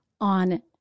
on